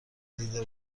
دیده